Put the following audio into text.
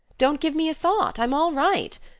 don't give me a thought! i'm all right!